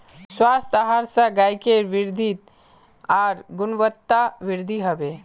स्वस्थ आहार स गायकेर वृद्धि आर गुणवत्तावृद्धि हबे